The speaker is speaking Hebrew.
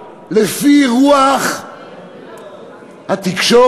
לפי רוח התקשורת,